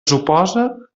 suposa